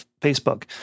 Facebook